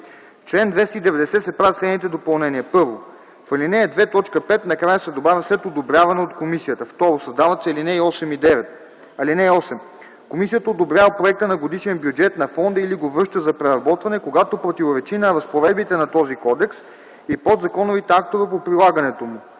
чл. 290 се правят следните допълнения: 1. В ал. 2, т. 5 накрая се добавя „след одобряване от комисията”. 2. Създават се алинеи 8 и 9: „(8) Комисията одобрява проекта на годишен бюджет на фонда или го връща за преработване, когато противоречи на разпоредбите на този кодекс и подзаконовите актове по прилагането му,